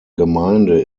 gemeinde